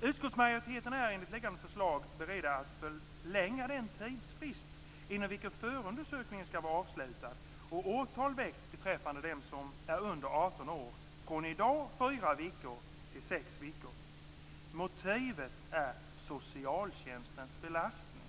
Utskottsmajoriteten är enligt liggande förslag beredda att förlänga den tidsfrist inom viken förundersökningen skall vara avslutad och åtal väckt beträffande den som är under 18 år från dagens fyra veckor till sex veckor. Motivet är socialtjänstens belastning.